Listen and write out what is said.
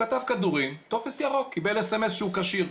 כתב כדורים, טופס ירוק, קיבל אס.אמ.אס שהוא כשיר.